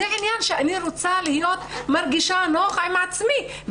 זה עניין שאני רוצה להיות מרגישה נוח עם עצמי.